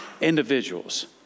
individuals